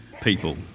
people